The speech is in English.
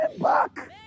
back